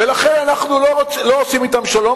ולכן אנחנו לא עושים אתם שלום,